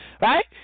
right